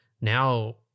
now